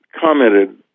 commented